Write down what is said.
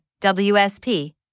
WSP